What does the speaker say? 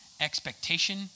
expectation